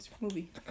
movie